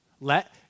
Let